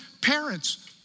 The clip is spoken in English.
parents